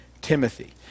Timothy